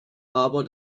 aber